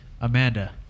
Amanda